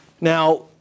Now